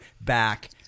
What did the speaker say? back